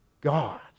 God